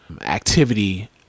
activity